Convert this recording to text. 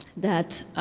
that